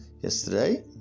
yesterday